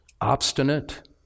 obstinate